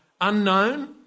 Unknown